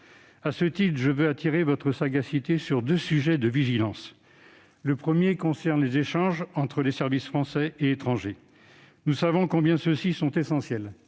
À ce titre, je veux soumettre à votre sagacité deux sujets de vigilance, dont le premier concerne les échanges entre les services français et étrangers. Nous savons combien ceux-ci sont essentiels